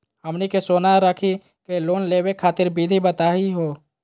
हमनी के सोना रखी के लोन लेवे खातीर विधि बताही हो?